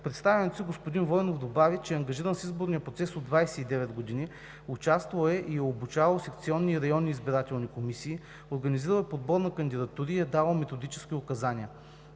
представянето си господин Войнов добави, че е ангажиран с изборния процес от 29 години, участвал е и е обучавал секционни и районни избирателни комисии, организирал е подбор на кандидатури и е давал методически указания.